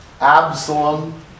Absalom